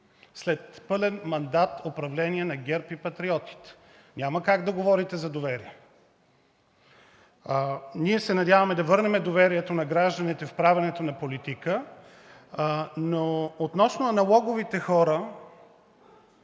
след пълен мандат на управление на ГЕРБ и Патриотите. Няма как да говорите за доверие! Ние се надяваме да върнем доверието на гражданите в правенето на политика. Относно аналоговите хора